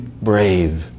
Brave